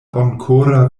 bonkora